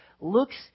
looks